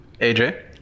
AJ